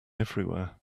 everywhere